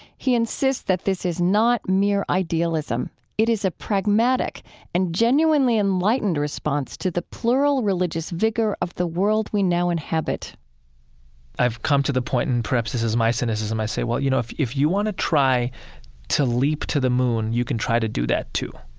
he insists that this is not mere idealism it is a pragmatic and genuinely enlightened response to the plural religious vigor of the world we now inhabit i've come to the point, and perhaps this is my cynicism, i say, well, you know, if if you want to try to leap to the moon, you can try to do that, too